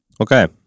Okay